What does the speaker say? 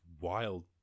wild